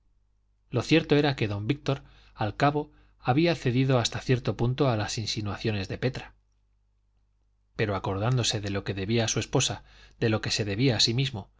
lo cierto era que don víctor al cabo había cedido hasta cierto punto a las insinuaciones de petra pero acordándose de lo que debía a su esposa de lo que se debía a sí mismo